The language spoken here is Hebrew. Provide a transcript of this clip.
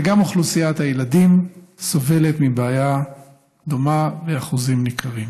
וגם אוכלוסיית הילדים סובלת מבעיה דומה באחוזים ניכרים.